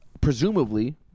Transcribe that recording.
presumably